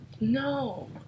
No